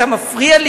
אתה מפריע לי,